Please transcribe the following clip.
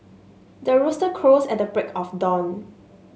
the rooster crows at the break of dawn